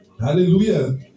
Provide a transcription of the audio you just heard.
Hallelujah